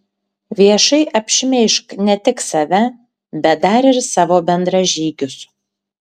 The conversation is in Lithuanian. viešai apšmeižk ne tik save bet dar ir savo bendražygius